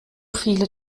viele